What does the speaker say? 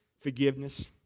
Forgiveness